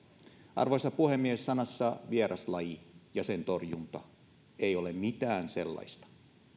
arvoisa puhemies sanoissa vieraslaji ja sen torjunta ei ole mitään sellaista